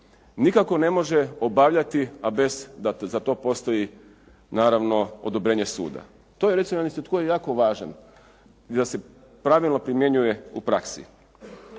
nikako ne može obavljati a bez da za to postoji naravno odobrenje suda. To je recimo jedan institut koji je jako važan i da se pravilno primjenjuje u praksi.